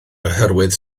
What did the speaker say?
oherwydd